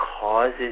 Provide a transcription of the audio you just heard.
causes